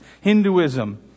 Hinduism